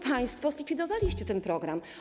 Państwo zlikwidowaliście ten program.